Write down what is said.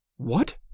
What